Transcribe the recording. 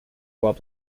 while